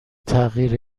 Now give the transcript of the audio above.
تغییر